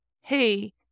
hey